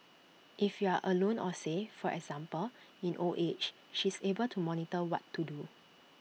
if you are alone or say for example in old age she's able to monitor what to do